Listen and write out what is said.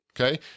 okay